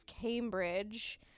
Cambridge